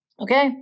Okay